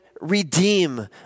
redeem